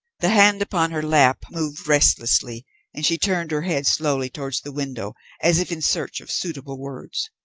the hand upon her lap moved restlessly and she turned her head slowly towards the window as if in search of suitable words.